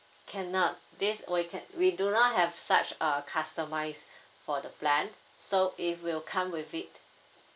cannot this we can't we do not have such uh customized for the plan so it will come with it